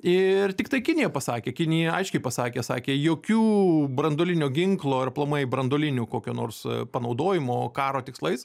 ir tiktai kinija pasakė kinija aiškiai pasakė sakė jokių branduolinio ginklo ar aplamai branduolinių kokio nors panaudojimo karo tikslais